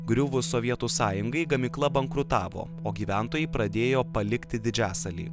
griuvus sovietų sąjungai gamykla bankrutavo o gyventojai pradėjo palikti didžiasalį